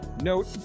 Note